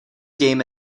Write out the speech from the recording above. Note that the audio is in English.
game